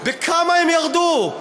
בכמה הם ירדו?